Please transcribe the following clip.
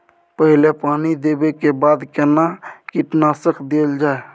पहिले पानी देबै के बाद केना कीटनासक देल जाय?